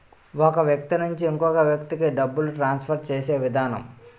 ఒక వ్యక్తి నుంచి ఇంకొక వ్యక్తికి డబ్బులు ట్రాన్స్ఫర్ చేసే విధానం